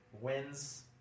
wins